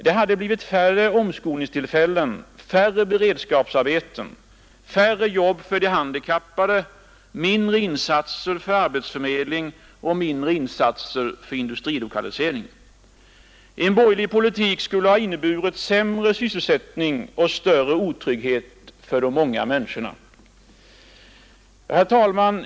Det hade blivit färre omskolningstillfällen, färre beredskapsarbeten, färre jobb för de handikappade, mindre insatser för arbetsförmedling och mindre insatser för industrilokalisering. En borgerlig politik skulle ha inneburit sämre sysselsättning och större otrygghet för de många människorna. Herr talman!